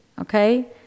Okay